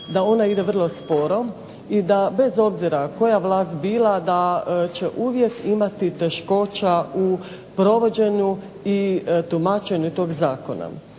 da ona ide vrlo sporo i da bez obzira koja vlast bila da će uvijek imati teškoća u provođenju i tumačenju tog zakona.